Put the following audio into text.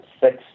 six